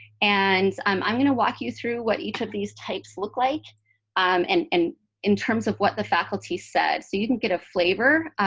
and i'm i'm going to walk you through what each of these types look like um and and in terms of what the faculty said so you can get a flavor,